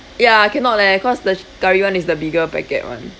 ya cannot leh cause the curry [one] is the bigger packet [one]